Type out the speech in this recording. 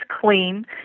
clean